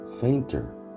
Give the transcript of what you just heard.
fainter